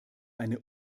eine